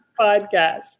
podcast